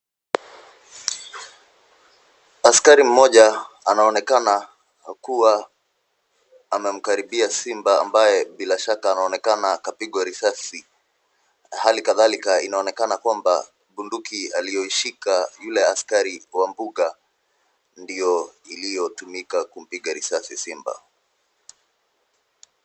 Askari mmoja anaonenaka kua anamkaribia simba ambaye bila shaka anaonekana kapigwa risasi. Hali kadhalika inaonekana kwamba bunduki aliyoishika yule askari wa mbuga ndio iliyotumika kumpiga risasi simba.